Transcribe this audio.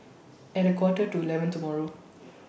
At Quarter to eleven tomorrow